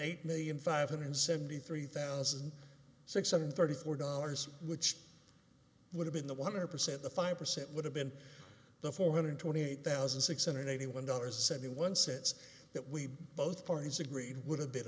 eight million five hundred seventy three thousand six hundred thirty four dollars which would have been the one hundred percent the five percent would have been the four hundred twenty eight thousand six hundred eighty one dollars seventy one sets that we both parties agreed would have been